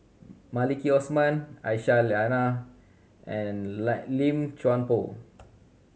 Maliki Osman Aisyah Lyana and Lim Chuan Poh